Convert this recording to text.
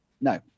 No